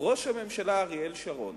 ראש הממשלה אריאל שרון,